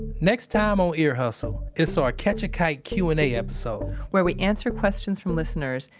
next time on ear hustle, it's our catch a kite q and a episode where we answer questions from listeners,